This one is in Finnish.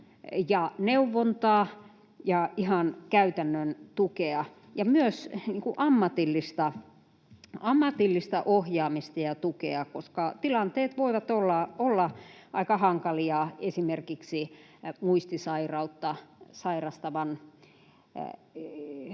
neuvontaa ja ihan käytännön tukea, myös ammatillista ohjaamista ja tukea, koska tilanteet voivat olla aika hankalia esimerkiksi muistisairautta sairastavan